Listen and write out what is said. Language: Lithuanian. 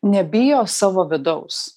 nebijo savo vidaus